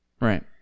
Right